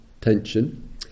tension